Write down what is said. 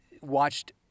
watched